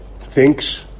thinks